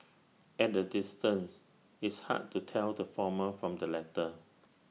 at A distance it's hard to tell the former from the latter